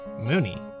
Mooney